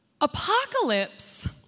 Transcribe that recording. Apocalypse